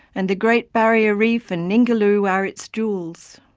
and the great barrier reef and ningaloo are its jewels.